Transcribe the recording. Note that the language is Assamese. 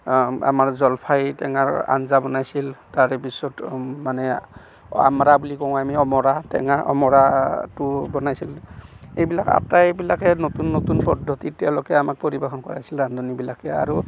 আমাৰ জলফাই টেঙঅৰ আঞ্জা বনাইছিল তাৰে পিছত মানে আম্ৰা বুলি কওঁ আমি অমৰা টেঙা অমৰাটো বনাইছিল এইবিলাক আটাইবিলাকে নতুন নতুন পদ্ধতিতে তেওঁলোকে আমাক পৰিৱেশন কৰাইছিল ৰান্ধনীবিলাকে আৰু